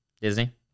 Disney